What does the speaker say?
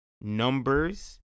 numbers